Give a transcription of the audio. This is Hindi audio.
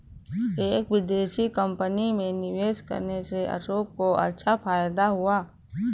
एक विदेशी कंपनी में निवेश करने से अशोक को अच्छा फायदा हुआ